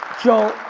joel.